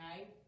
Okay